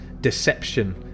deception